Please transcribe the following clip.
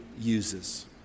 uses